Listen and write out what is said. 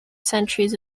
centuries